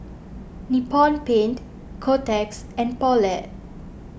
Nippon Paint Kotex and Poulet